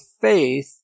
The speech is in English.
faith